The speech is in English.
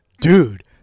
dude